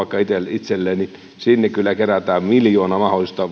itselleen sinne kyllä kerätään miljoona mahdollista